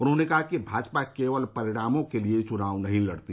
उन्होंने कहा कि भाजपा केवल परिणामों के लिए चुनाव नहीं लड़ती